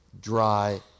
dry